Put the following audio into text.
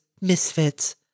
misfits